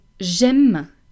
J'aime